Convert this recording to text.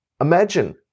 Imagine